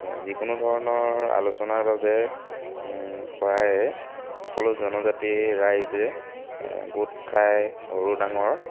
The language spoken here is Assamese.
যিকোনো ধৰণৰ আলোচনাৰ বাবে প্ৰায়ে সকলো জনজাতি ৰাইজে গোট খায় সৰু ডাঙৰ